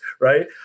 right